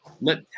let